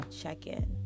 check-in